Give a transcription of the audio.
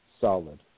Solid